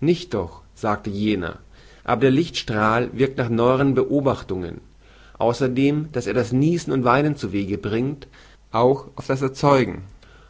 nicht doch sagte jener aber der lichtstrahl wirkt nach neuern beobachtungen außerdem daß er niesen und weinen zuwege bringt auch auf das erzeugen